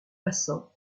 passants